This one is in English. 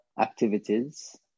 activities